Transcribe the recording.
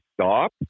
stop